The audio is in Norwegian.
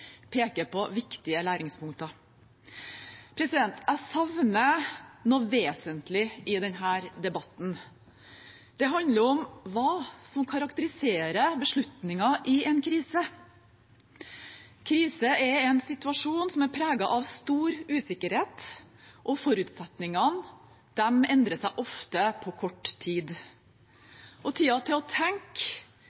peker på viktige læringspunkter. Jeg savner noe vesentlig i denne debatten. Det handler om hva som karakteriserer beslutninger i en krise. Krise er en situasjon som er preget av stor usikkerhet, forutsetningene endrer seg ofte på kort tid,